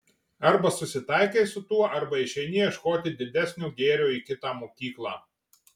arba susitaikai su tuo arba išeini ieškoti didesnio gėrio į kitą mokyklą